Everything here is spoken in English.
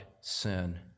sin